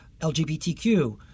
LGBTQ